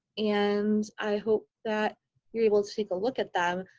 and i hope that you're able to take look at them.